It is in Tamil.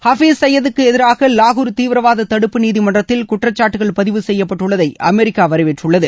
ஹஃபீஸ் சயீதுக்கு எதிராக வாகூர் தீவிரவாத தடுப்பு நீதிமன்றத்தில் குற்றச்சாட்டுகள் பதிவு செய்யப்பட்டுள்ளதை அமெரிக்கா வரவேற்றுள்ளது